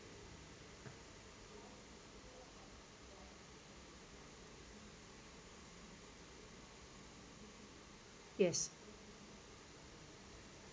yes